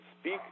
speak